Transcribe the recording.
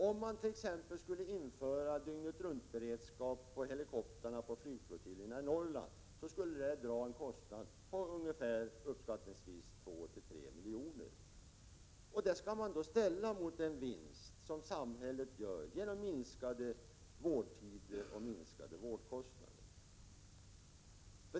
Om man t.ex. skulle införa dygnet-runt-beredskap på helikoptrarna på flygflottiljerna i Norrland skulle det dra en kostnad på uppskattningsvis 2—3 milj.kr. Detta skall då ställas mot den vinst samhället gör genom minskade vårdtider och minskade vårdkostnader.